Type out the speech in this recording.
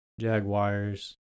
Jaguars